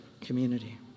community